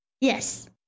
Yes